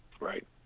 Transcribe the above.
Right